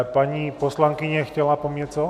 Paní poslankyně chtěla po mně něco?